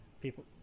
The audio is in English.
people